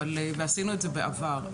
ועשינו את זה בעבר,